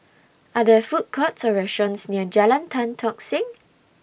Are There Food Courts Or restaurants near Jalan Tan Tock Seng